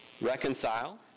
Reconcile